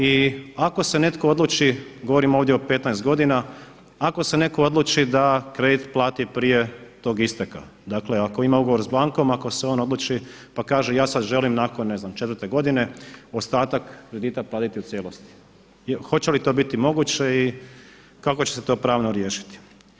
I ako se neko odluči, govorim ovdje o 15 godina, ako se neko odluči da kredit plati prije tog isteka, dakle ako ima ugovor s bankom ako se on odluči pa kaže ja sada želim nakon četvrte godine ostatak kredita platiti u cijelosti, hoće li to biti moguće i kako će se to pravno riješiti?